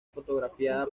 fotografiada